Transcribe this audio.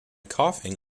coughing